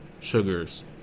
sugars